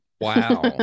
Wow